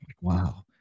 Wow